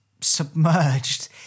submerged